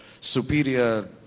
superior